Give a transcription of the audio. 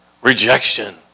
Rejection